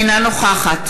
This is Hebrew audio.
אינה נוכחת